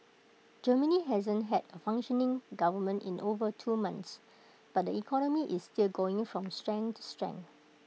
Germany hasn't had A functioning government in over two months but the economy is still going from strength to strength